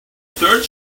third